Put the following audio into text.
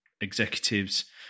executives